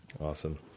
Awesome